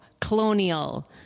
colonial